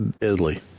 Italy